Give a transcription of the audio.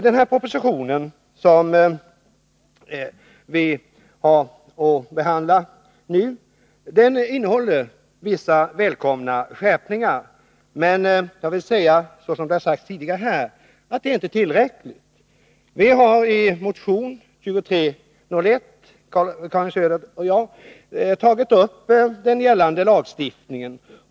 Den proposition som vi nu behandlar innehåller vissa välkomna skärpningar, men det är inte tillräckligt. Karin Söder och jag har i motion 2301 tagit upp den gällande lagstiftningen.